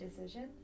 decision